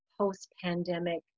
post-pandemic